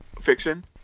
fiction